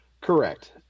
Correct